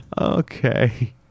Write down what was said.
Okay